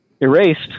erased